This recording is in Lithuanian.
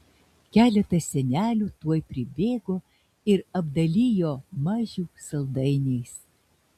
keletas senelių tuoj pribėgo ir apdalijo mažių saldainiais